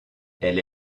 elle